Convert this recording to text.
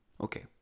Okay